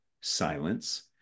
silence